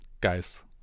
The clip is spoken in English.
guys